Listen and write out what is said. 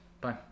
Bye